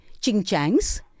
ching-changs